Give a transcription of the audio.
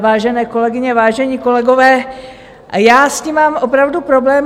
Vážené kolegyně, vážení kolegové, já s tím mám opravdu problém.